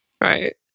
right